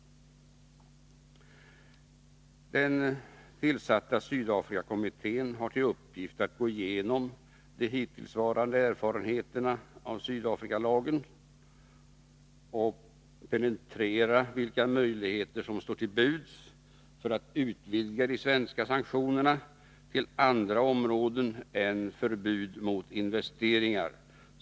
Den tillsatta Sydafrikakommittén har till uppgift att gå igenom de hittillsvarande erfarenheterna av Sydafrikalagen och penetrera vilka möjligheter som står till buds för att utvidga de svenska sanktionerna till andra områden än förbud mot investeringar.